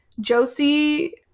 Josie